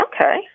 Okay